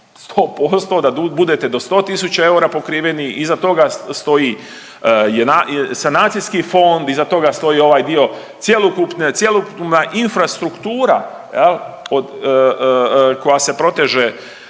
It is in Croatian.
100%, da budete do 100 tisuća eura pokriveni, iza toga stoji sanacijski fond, iza toga stoji ovaj dio, cjelokupna, cjelokupna infrastruktura jel od, koja se proteže